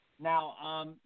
Now